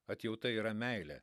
atjauta yra meilė